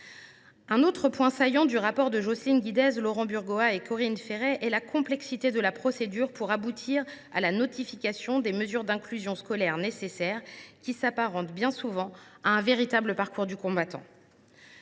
Un autre point saillant du rapport de Jocelyne Guidez, Laurent Burgoa et Corinne Féret est la complexité de la procédure qui aboutit à la notification des mesures d’inclusion scolaire nécessaires. Cette procédure est bien souvent un véritable parcours du combattant.